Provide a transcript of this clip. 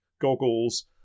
goggles